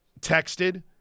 texted